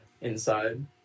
inside